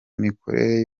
mikorere